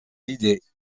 idées